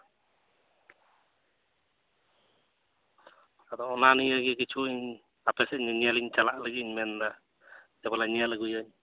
ᱟᱫᱚ ᱚᱱᱟ ᱱᱤᱭᱮᱜᱮ ᱠᱤᱪᱷᱩᱧ ᱟᱯᱮ ᱥᱮᱫ ᱧᱮᱧᱮᱞᱤᱧ ᱪᱟᱞᱟᱜ ᱞᱟᱹᱜᱤᱫ ᱤᱧ ᱢᱮᱱᱫᱟ ᱟᱵᱚ ᱵᱚᱞᱮᱧ ᱧᱮᱞ ᱟᱹᱜᱩᱭᱟᱹᱧ